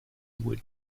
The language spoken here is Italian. wood